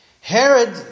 Herod